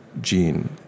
gene